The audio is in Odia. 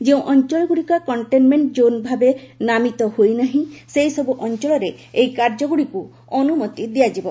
ଯେଉଁ ଅଞ୍ଚଳଗୁଡ଼ିକ କଣ୍ଟେନମେଣ୍ଟ ଜୋନ୍ ଭାବେ ନାମିତ ହୋଇନାହିଁ ସେହିସବୁ ଅଞ୍ଚଳରେ ଏହି କାର୍ଯ୍ୟଗୁଡ଼ିକୁ ଅନୁମତି ଦିଆଯିବ